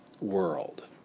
world